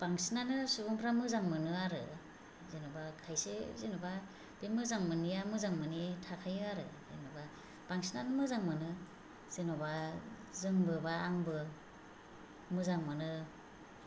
बांसिनानो सुबुंफोरा मोजां मोनो आरो जेनेबा खायसे जेनेबा बे मोजां मोनैया मोजां मोनै थाखायो आरो जेनेबा बांसिनानो मोजां मोनो जेनेबा जोंबो बा आंबो मोजां मोनो